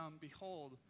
behold